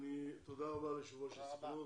תודה רבה ליושב ראש הסוכנות.